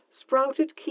Sprouted